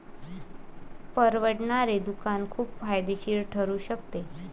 परवडणारे दुकान खूप फायदेशीर ठरू शकते